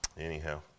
Anyhow